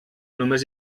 només